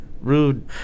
rude